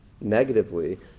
negatively